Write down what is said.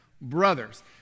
brothers